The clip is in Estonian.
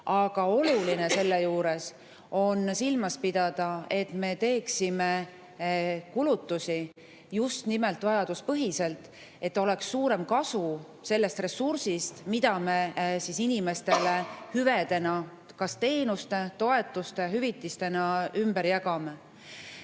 aga selle juures silmas pidada, et me teeksime kulutusi just nimelt vajaduspõhiselt, et oleks suurem kasu sellest ressursist, mida me inimestele hüvedena kas teenuste, toetuste või hüvitistena ümber jagame. Nii